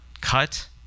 cut